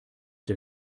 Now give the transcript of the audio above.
der